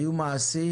היו מעשים